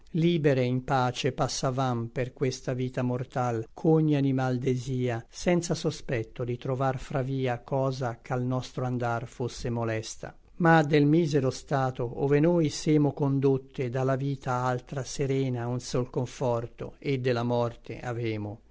libere in pace passavam per questa vita mortal ch'ogni animal desia senza sospetto di trovar fra via cosa ch'al nostr'andar fosse molesta ma del misero stato ove noi semo condotte da la vita altra serena un sol conforto et de la morte avemo